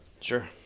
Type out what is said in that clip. Sure